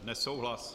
Nesouhlas.